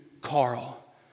Carl